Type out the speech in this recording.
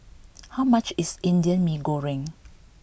how much is Indian Mee Goreng